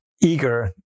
eager